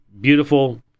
beautiful